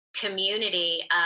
community